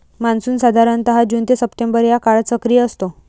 monsoon साधारणतः June ते September या काळात सक्रिय असतो